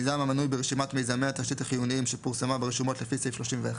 מיזם המנוי ברשימת מיזמי התשתית החיוניים שפורסמה ברשומות לפי סעיף 31,